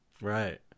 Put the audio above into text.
right